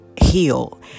heal